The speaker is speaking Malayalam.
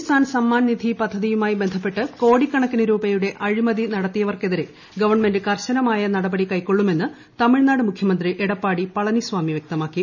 കിസാൻ സമ്മാൻ നിധി പദ്ധതിയുമായി ബന്ധപ്പെട്ട് കോടിക്കണക്കിന് രൂപയുടെ അഴിമതി നടത്തിയവർക്കെതിരെ ഗവൺമെന്റ് കർശനമായ നടപടി കൈക്കൊള്ളുമെന്ന് തമിഴ്നാട് മുഖ്യമന്ത്രി എടപ്പാടി പളനിസ്വാമി വ്യക്തമാക്കി